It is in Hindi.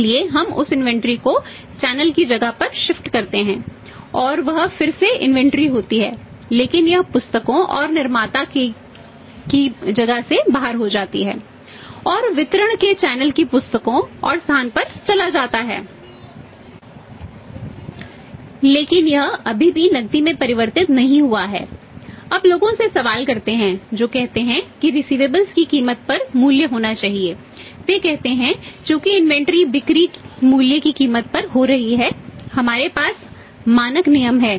इसलिए हम उस इन्वेंटरी बिक्री मूल्य की कीमत पर हो रही है